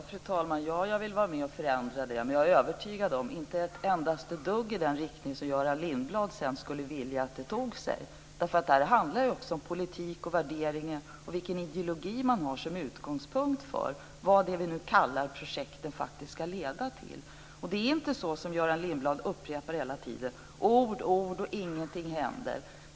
Fru talman! Ja, jag vill vara med och förändra men - jag är övertygad om det - inte ett endaste dugg i den riktning som Göran Lindblad skulle vilja att det tog sig. Det här handlar också om politik, värderingar och vilken ideologi man har som utgångspunkt för vad det vi kallar projekt faktiskt ska leda till. Det är inte, såsom Göran Lindblad upprepar hela tiden, ord, ord och ingenting som händer.